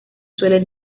suelen